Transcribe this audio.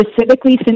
specifically